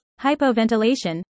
hypoventilation